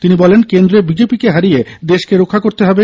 তিনি বলেন কেন্দ্রে বিজেপি কে হারিয়ে দেশকে রক্ষা করতে হবে